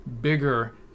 bigger